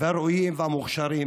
הדרוזים